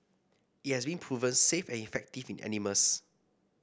it has been proven safe and effective in animals